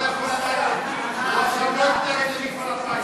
מפעל הפיס?